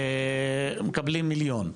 מקבלים מיליון.